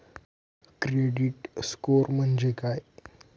Credit score म्हणजे काय?